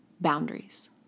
boundaries